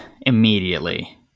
immediately